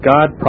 God